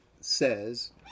says